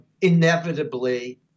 inevitably